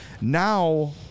Now